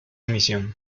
misión